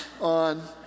on